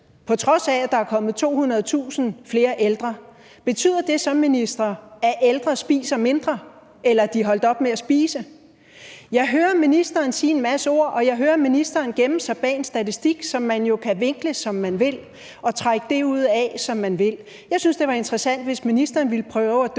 på trods af at der er kommet 200.000 flere ældre. Betyder det så, minister, at ældre spiser mindre, eller at de er holdt op med at spise? Jeg hører ministeren sige en masse ord, og jeg hører ministeren gemme sig bag en statistik, som man jo kan vinkle, som man vil, og trække det ud af, som man vil. Jeg synes, det var interessant, hvis ministeren ville prøve at dykke